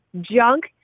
junk